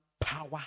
power